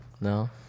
no